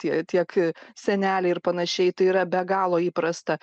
tie tiek seneliai ir panašiai tai yra be galo įprasta